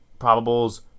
probables